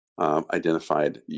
identified